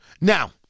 Now